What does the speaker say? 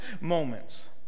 moments